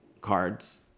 cards